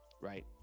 right